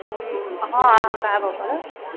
हँ अहाँके आबऽ पड़त